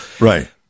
Right